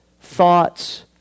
thoughts